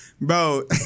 bro